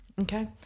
okay